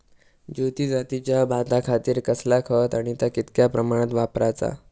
ज्योती जातीच्या भाताखातीर कसला खत आणि ता कितक्या प्रमाणात वापराचा?